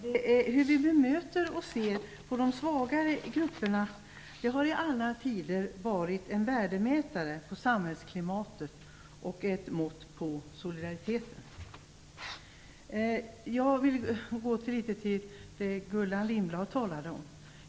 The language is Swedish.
Herr talman! Hur vi ser på och bemöter de svagare grupperna i samhället har alltid varit en värdemätare på samhällsklimatet och ett mått på solidariteten. Jag vill gå till det som Gullan Lindblad talade om.